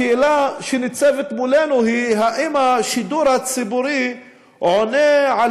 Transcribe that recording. השאלה שניצבת מולנו היא האם השידור הציבורי עונה על